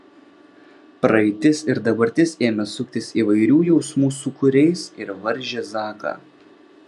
praeitis ir dabartis ėmė suktis įvairių jausmų sūkuriais ir varžė zaką